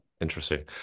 Interesting